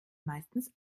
meistens